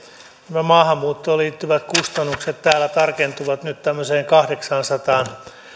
nämä maahanmuuttoon liittyvät kustannukset täällä tarkentuvat nyt tämmöiseen kahdeksaansataan